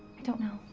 i don't know.